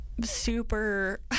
super